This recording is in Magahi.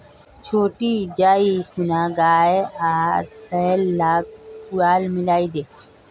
छोटी जाइ खूना गाय आर बैल लाक पुआल मिलइ दे